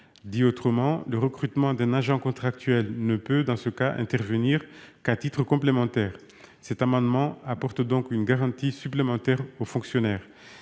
Dit autrement, le recrutement d'un agent contractuel ne peut, dans ce cas, intervenir qu'à titre complémentaire. Cet amendement tend donc à apporter une garantie supplémentaire aux fonctionnaires.